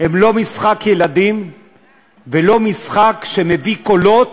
הן לא משחק ילדים ולא משחק שמביא קולות,